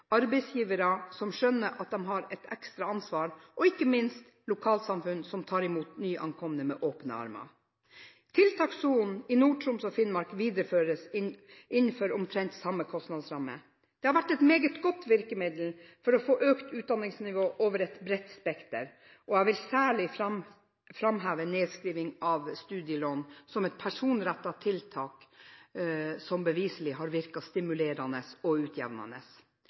arbeidsgivere som skjønner at de har et ekstra ansvar, og ikke minst lokalsamfunn som tar imot nyankomne med åpne armer. Tiltakssonen i Nord-Troms og Finnmark videreføres innenfor omtrent samme kostnadsramme. Det har vært et meget godt virkemiddel for å få økt utdanningsnivå over et bredt spekter, og jeg vil særlig framheve nedskriving av studielån som et personrettet tiltak som beviselig har virket stimulerende og utjevnende.